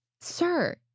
sir